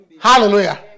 Hallelujah